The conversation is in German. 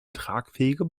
tragfähige